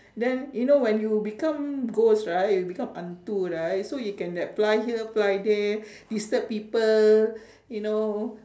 then you know when you become ghost right you become hantu right so you can like fly here fly there disturb people you know